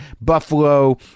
buffalo